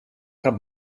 gaat